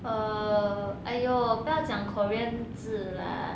err !aiyo! 不要讲 korean 字 lah